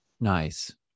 Nice